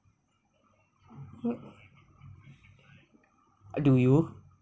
do you